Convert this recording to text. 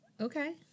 okay